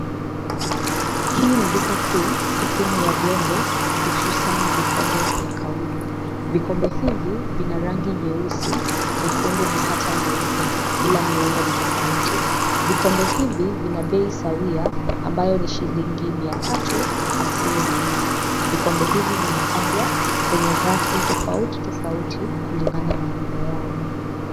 Hii ni duka kuu sehemu ya vyombo hususani vikombe vya kauri, vikombe hivi vina rangi nyeusi, nyekundu na hata nyeupe. Ila miundo ni tofauti, vikombe hivi vina bei sawia ambayo ni shilingi mia tatu hamsini na nne. Vikombe hivi vimepangwa kwenye rafu tofauti tofauti kulingana na miundo yao.